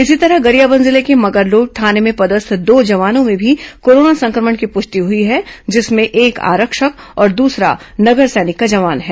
इसी तरह गरियाबंद जिले के मगरलोड थाने में पदस्थ दो जवानों में भी कोरोना संक्रमण की पुष्टि हुई है जिसमें एक आरक्षक और दूसरा नगर सैनिक का जवान है